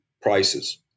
prices